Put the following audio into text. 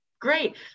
Great